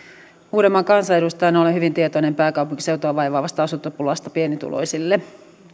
uudenmaan kansanedustajana olen hyvin tietoinen pääkaupunkiseutua vaivaavasta asuntopulasta pienituloisille